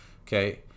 okay